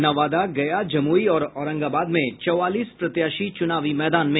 नवादा गया जमुई और औरंगाबाद में चौवालीस प्रत्याशी चुनावी मैदान में